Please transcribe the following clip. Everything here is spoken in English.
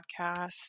podcast